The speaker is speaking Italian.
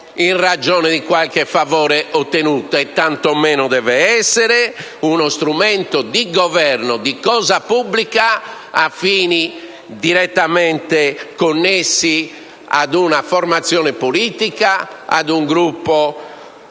in ragione di qualche favore ottenuto; tanto meno deve essere uno strumento di governo di cosa pubblica a fini direttamente connessi ad una formazione politica, ad un gruppo